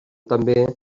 també